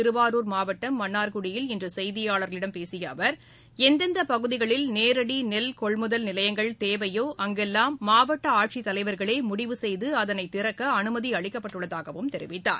திருவாரூர் மாவட்டம் மன்னார்குடியில் இன்றுசெய்தியாளர்களிடம் பேசியஅவர் எந்தெந்தப் பகுதிகளில் நேரடிகொள்முதல் நிலையங்கள் தேவையோ அங்கெல்லாம் மாவட்டஆட்சித் தலைவர்களேமுடிவு செய்துஅதனைத் திறக்கஅனுமதிஅளிக்கப்பட்டுள்ளதாகவும் தெரிவித்தார்